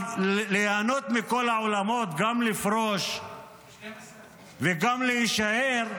אבל ליהנות מכל העולמות, גם לפרוש וגם להישאר,